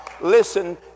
listen